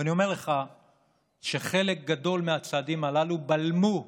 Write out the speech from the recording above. אני אומר לך שחלק גדול מהצעדים הללו בלמו,